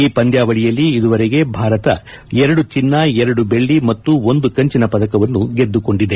ಈ ಪಂದ್ಯಾವಳಿಯಲ್ಲಿ ಇದುವರೆಗೆ ಭಾರತ ಎರಡು ಚಿನ್ನ ಎರಡು ಬೆಳ್ಳಿ ಮತ್ತು ಒಂದು ಕಂಚಿನ ಪದಕವನ್ನು ಗೆದ್ದುಕೊಂಡಿದೆ